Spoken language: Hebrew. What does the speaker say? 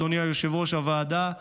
אדוני יושב-ראש הוועדה,